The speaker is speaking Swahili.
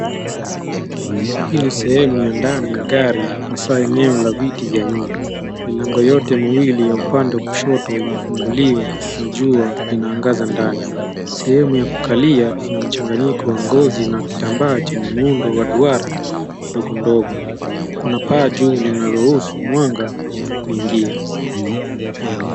Hii ni sehemu ya ndani ya gari hasa eneo la viti vya nyuma. Milango yote miwili ya upande wa kushoto imefunguliwa na jua linaagaza ndani. Sehemu ya kukalia ina mchanganyiko wa ngozi na kitambaa chenye muundo wa duara ndogo ndogo. Kuna paa juu linaruhusu mwanga kuingia.